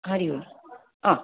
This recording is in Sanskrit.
हरि ओं हा